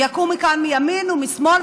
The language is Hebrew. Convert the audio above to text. יקומו כאן מימין ומשמאל,